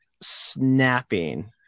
snapping